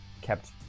kept